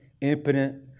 impotent